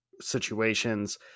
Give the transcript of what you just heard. situations